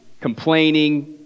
complaining